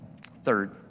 Third